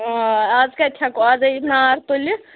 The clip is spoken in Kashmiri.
آ اَز کَتہِ ہیٚکو اَز ہے یہِ نار تُلہِ